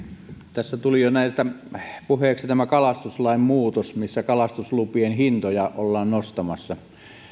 tässä tuli jo puheeksi tämä kalastuslain muutos missä kalastuslupien hintoja ollaan nostamassa